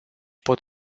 pot